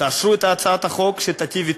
תאשרו את הצעת החוק שתיטיב אתו.